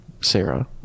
Sarah